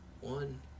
one